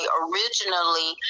originally